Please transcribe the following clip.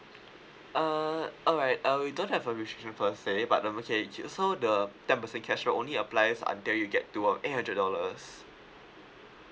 err alright uh we don't have a restriction per se but um okay okay so the ten percent cashback only applies until you get to uh eight hundred dollars